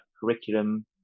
curriculum